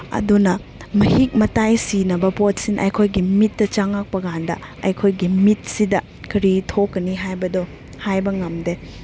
ꯑꯗꯨꯅ ꯃꯍꯤꯛ ꯃꯇꯥꯏ ꯁꯤꯅꯕ ꯄꯣꯠꯁꯤꯅ ꯑꯩꯈꯣꯏꯒꯤ ꯃꯤꯠꯇ ꯆꯪꯉꯛꯄꯀꯥꯟꯗ ꯑꯩꯈꯣꯏꯒꯤ ꯃꯤꯠꯁꯤꯗ ꯀꯔꯤ ꯊꯣꯛꯀꯅꯤ ꯍꯥꯏꯕꯗꯣ ꯍꯥꯏꯕ ꯉꯝꯗꯦ